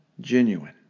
genuine